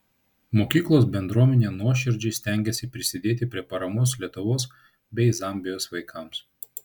mokyklos bendruomenė nuoširdžiai stengėsi prisidėti prie paramos lietuvos bei zambijos vaikams